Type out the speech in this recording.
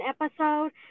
episode